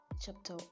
chapter